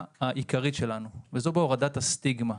העיקרית שלנו היא בהורדת הסטיגמה.